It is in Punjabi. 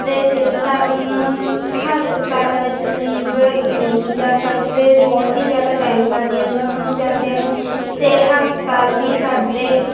ਅਤੇ ਜਿਸ ਕਾਰਣ ਹਸਪਤਾਲਾਂ ਵਿੱਚ ਮਰੀਜ਼ ਨਹੀਂ ਜਾ ਸਕਦੇ ਬਹੁਤ ਹੀ ਜ਼ਿਆਦਾ ਟਾਈਮ ਲੱਗ ਜਾਂਦਾ ਉਹਨਾਂ ਨੂੰ ਜਾਂਦਿਆਂ ਨੂੰ ਅਤੇ ਹਸਪਤਾਲ ਵੀ ਸਾਡੇ